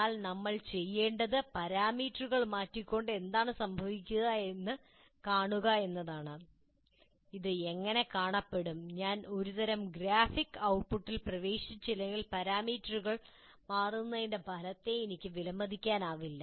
എന്നാൽ നമ്മൾ ചെയ്യേണ്ടത് പാരാമീറ്ററുകൾ മാറ്റിക്കൊണ്ട് എന്താണ് സംഭവിക്കുന്നതെന്ന് കാണുക എന്നതാണ് ഇത് എങ്ങനെ കാണപ്പെടും ഞാൻ ഒരുതരം ഗ്രാഫിക് ഔട്ട്പുട്ടിൽ പ്രവേശിച്ചില്ലെങ്കിൽ പാരാമീറ്ററുകൾ മാറ്റുന്നതിന്റെ ഫലത്തെ എനിക്ക് വിലമതിക്കാനാവില്ല